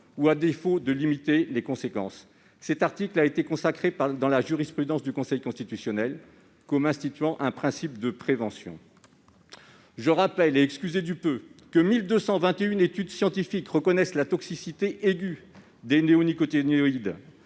ou, à défaut, en limiter les conséquences ». Cet article a été consacré dans la jurisprudence du Conseil constitutionnel comme instituant un principe de prévention. Je rappelle- excusez du peu ! -que 1 221 études scientifiques reconnaissent la toxicité aiguë des néonicotinoïdes,